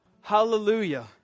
Hallelujah